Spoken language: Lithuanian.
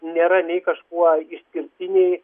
nėra nei kažkuo išskirtiniai